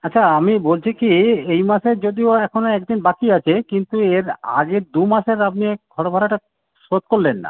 আচ্ছা আমি বলছি কী এই মাসের যদিও এখনও একদিন বাকি আছে কিন্তু এর আগের দু মাসের আপনি ঘর ভাড়াটা শোধ করলেন না